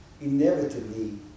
inevitably